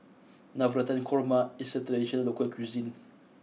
Navratan Korma is a traditional local cuisine